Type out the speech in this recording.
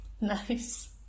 Nice